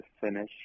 finish